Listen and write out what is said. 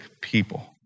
people